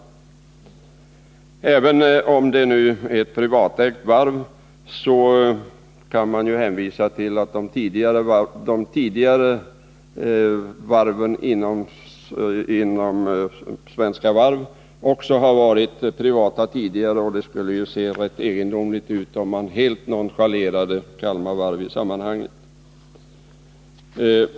Till den omständigheten att det nu är fråga om ett privatägt varv, kan man hänvisa till att de övriga varven inom Svenska Varv också har varit privata tidigare. Det skulle ju se rätt egendomligt ut om man helt nonchalerade Kalmar Varv i sammanhanget.